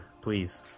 please